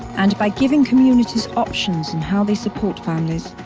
and by giving communities options in how they support families,